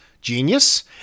genius